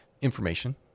information